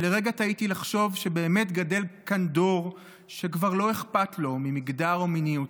שלרגע טעיתי לחשוב שבאמת גדל כאן דור שכבר לא אכפת לו ממגדר או ממיניות.